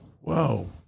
Whoa